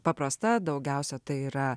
paprasta daugiausia tai yra